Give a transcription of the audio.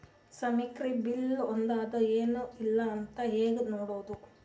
ಸಕ್ರಿ ಬಿಲ್ ಬಂದಾದ ಏನ್ ಇಲ್ಲ ಅಂತ ಹೆಂಗ್ ನೋಡುದು?